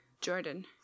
Jordan